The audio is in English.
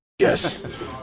Yes